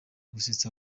gusetsa